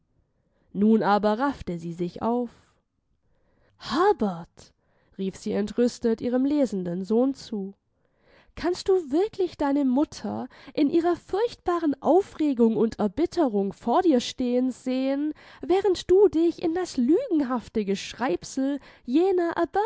nun aber raffte sie sich auf herbert rief sie entrüstet ihrem lesenden sohn zu kannst du wirklich deine mutter in ihrer furchtbaren aufregung und erbitterung vor dir stehen sehen während du dich in das lügenhafte geschreibsel jener